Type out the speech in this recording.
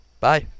Bye